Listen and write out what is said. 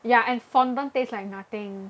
yeah and fondant taste like nothing